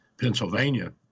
Pennsylvania